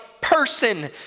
person